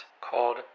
called